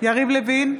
יריב לוין,